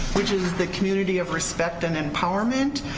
which is the community of respect and empowerment,